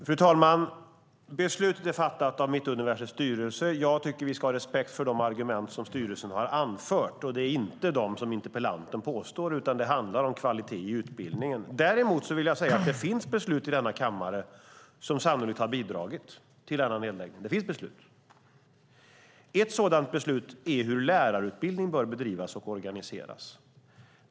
Fru talman! Beslutet är fattat av Mittuniversitetets styrelse. Jag tycker att vi ska ha respekt för de argument som styrelsen har anfört. Det är inte de argument som interpellanten för fram, utan det handlar om kvaliteten i utbildningen. Däremot vill jag säga att det finns beslut i denna kammare som sannolikt har bidragit till denna nedläggning. Ett sådant beslut är hur lärarutbildning bör bedrivas och organiseras.